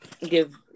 give